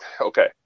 okay